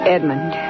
Edmund